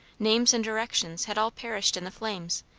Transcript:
names and directions had all perished in the flames,